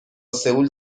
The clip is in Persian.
سئول